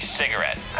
cigarette